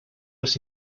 los